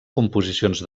composicions